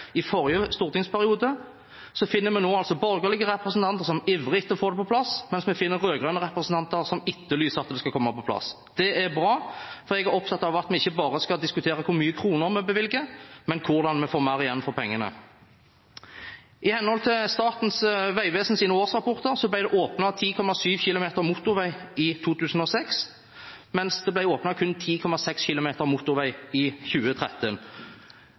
i forrige stortingsperiode, finner vi nå borgerlige representanter som ivrer etter å få det på plass, mens vi finner rød-grønne representanter som etterlyser at det skal komme på plass. Det er bra, for jeg er opptatt av at vi ikke bare skal diskutere hvor mange kroner vi bevilger, men også hvordan vi får mer igjen for pengene. I henhold til Statens vegvesens årsrapporter ble det åpnet 10,7 km motorvei i 2006, mens det ble åpnet kun 10,6 km motorvei i 2013.